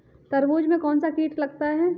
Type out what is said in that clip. तरबूज में कौनसा कीट लगता है?